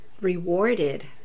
rewarded